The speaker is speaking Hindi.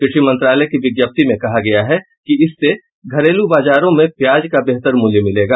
कृषि मंत्रालय की विज्ञप्ति में कहा गया है कि इससे घरेलू बाजारों में प्याज का बेहतर मूल्य मिलेगा